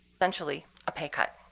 essentially, a pay cut.